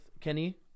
Kenny